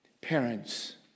Parents